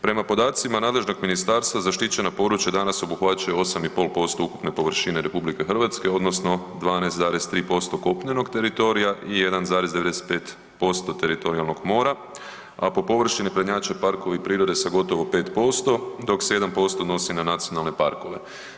Prema podacima nadležnog ministarstva zaštićena područja danas obuhvaćaju 8,5% ukupne površine RH odnosno 12,3% kopnenog teritorija 1,95% teritorijalnog mora, a po površini prednjače parkovi prirode sa gotovo 5%, dok se 1% odnosi na nacionalne parkove.